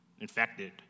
infected